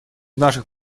наших